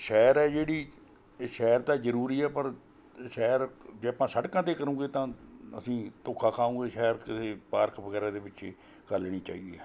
ਸੈਰ ਹੈ ਜਿਹੜੀ ਇਹ ਸੈਰ ਤਾਂ ਜਰੂਰੀ ਹੈ ਪਰ ਸੈਰ ਜੇ ਆਪਾਂ ਸੜਕਾਂ 'ਤੇ ਕਰੂਂਗੇ ਤਾਂ ਅਸੀਂ ਧੋਖਾ ਖਾਓਗੇ ਸੈਰ ਕਦੇ ਪਾਰਕ ਵਗੈਰਾ ਦੇ ਵਿੱਚ ਹੀ ਕਰ ਲੈਣੀ ਚਾਹੀਦੀ ਆ